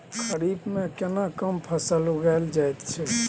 खरीफ में केना कोन फसल उगायल जायत छै?